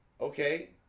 Okay